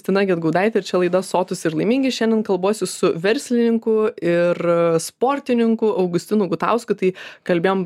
justina gedgaudaitė ir čia laida sotūs ir laimingi šiandien kalbuosi su verslininku ir sportininku augustinu gutausku tai kalbėjom